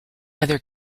other